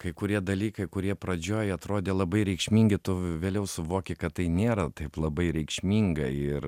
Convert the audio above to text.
kai kurie dalykai kurie pradžioj atrodė labai reikšmingi tu vėliau suvoki kad tai nėra taip labai reikšminga ir